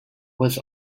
was